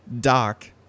Doc